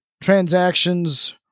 transactions